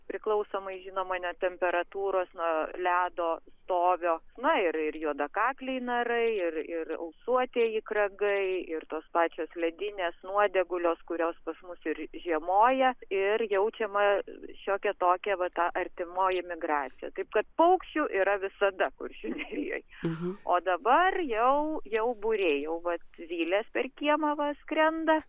priklausomai žinoma nuo temperatūros nuo ledo stovio na ir juodakakliai narai ir ir ausuotieji kragai ir tos pačios ledinės nuodėgulės kurios pas mus ir žiemoja ir jaučiama šiokia tokia va ta artimoji migracija taip kad paukščių yra visada kuršių nerijoje o dabar jau jau būriai jau vat zylės per kiemą vat skrenda